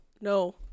no